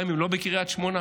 גם אם הם לא בקריית שמונה?